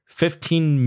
fifteen